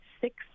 six